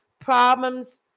Problems